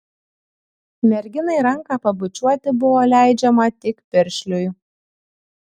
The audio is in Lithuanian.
merginai ranką pabučiuoti buvo leidžiama tik piršliui